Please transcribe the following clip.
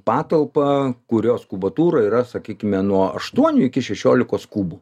patalpą kurios kubatūra yra sakykime nuo aštuonių iki šešiolikos kubų